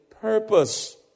purpose